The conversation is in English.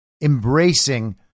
embracing